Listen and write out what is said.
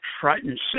frightened